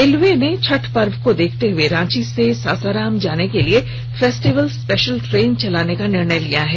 railway ने छठ पर्व को देखते हुए रांची से सासाराम जाने के लिए फेस्टिवल स्पेशल ट्रेन चलाने का निर्णय लिया है